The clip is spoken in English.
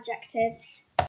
adjectives